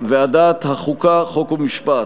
ועדת החוקה, חוק ומשפט,